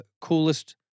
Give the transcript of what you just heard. coolest